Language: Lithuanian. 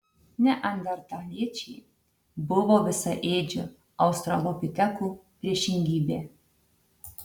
neandertaliečiai buvo visaėdžių australopitekų priešingybė